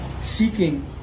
seeking